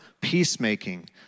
peacemaking